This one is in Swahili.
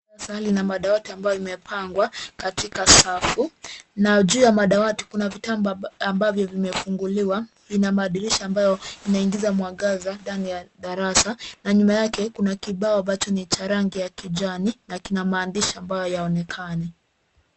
Darasa lina madawati ambayo limepangwa katika safu na juu ya madawati kuna vitabu ambavyo vimefunguliwa. Ina madirisha ambayo inaingiza mwangaza ndani ya darasa na nyuma yake kuna kibao ambacho ni cha rangi ya kijani na kina maandishi ambayo yanaonekana.